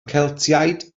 celtiaid